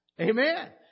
Amen